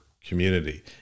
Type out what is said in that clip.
community